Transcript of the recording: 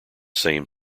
same